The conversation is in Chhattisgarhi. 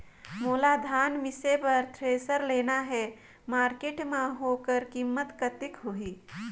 मोला धान मिसे बर थ्रेसर लेना हे मार्केट मां होकर कीमत कतेक होही?